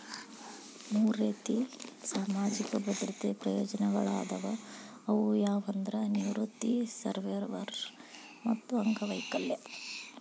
ಮೂರ್ ರೇತಿ ಸಾಮಾಜಿಕ ಭದ್ರತೆ ಪ್ರಯೋಜನಗಳಾದವ ಅವು ಯಾವಂದ್ರ ನಿವೃತ್ತಿ ಸರ್ವ್ಯವರ್ ಮತ್ತ ಅಂಗವೈಕಲ್ಯ